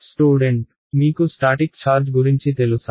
student మీకు static charge గురించి తెలుసా